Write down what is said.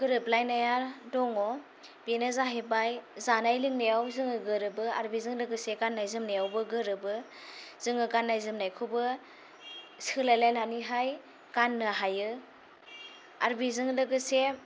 गोरोबलायनाया दङ बेनो जाहैबाय जानाय लोंनायाव जोङो गोरोबो आरो बेजों लोगोसे गाननाय जोमनायावबो गोरोबो जोङो गाननाय जोमनायखौबो सोलायलायनानैहाय गाननो हायो आरो बेजों लोगोसे